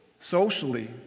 socially